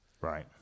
Right